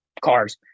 cars